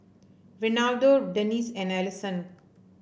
Reynaldo Dennie and Alisson